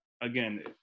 again